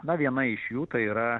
na viena iš jų tai yra